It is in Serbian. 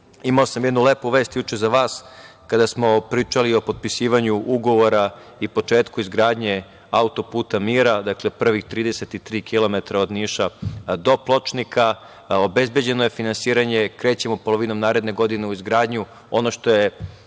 imao sam jednu lepu vest juče za vas kada smo pričali o potpisivanju ugovora i početku izgradnje autoputa „Mira“ dakle, prvih 33 kilometra od Niša do Pločnika. Obezbeđeno je finansiranje, krećemo polovinom naredne godine u izgradnju. Ono što je